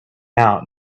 out